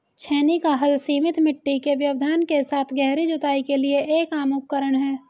छेनी का हल सीमित मिट्टी के व्यवधान के साथ गहरी जुताई के लिए एक आम उपकरण है